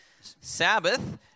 Sabbath